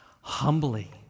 humbly